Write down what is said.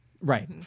Right